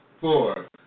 four